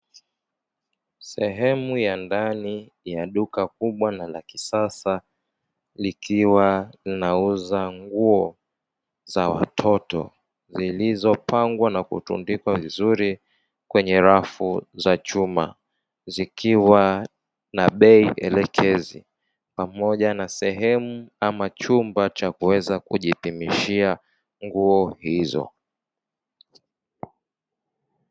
Sehemu ya ndani ya duka kubwa na la kisasa likiwa linauza nguo za watoto zilizopangwa na kutundikwa vizuri kwenye rafu za chuma, zikiwa na bei elekezi pamoja na sehemu ama chumba cha kuweza kujipimishia nguo hizo.